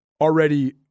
already